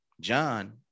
John